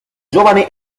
giovane